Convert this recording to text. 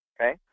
okay